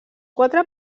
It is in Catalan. quatre